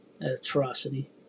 Atrocity